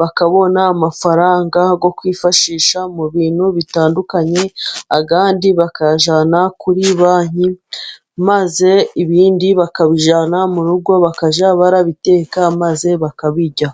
bakabona amafaranga yo kwifashisha mu bintu bitandukanye, bakayajyana kuri banki, maze ibindi bakabijyana mu rugo bakajya babiteka maze bakabirya.